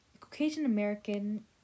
Caucasian-American